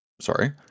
Sorry